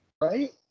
Right